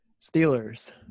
Steelers